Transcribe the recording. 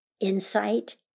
Insight